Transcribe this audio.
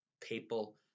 people